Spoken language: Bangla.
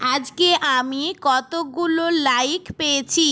আজকে আমি কতগুলো লাইক পেয়েছি